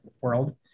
world